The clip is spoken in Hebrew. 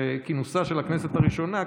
כינוסה של הכנסת הראשונה,